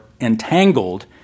entangled